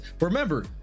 remember